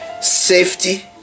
safety